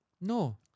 No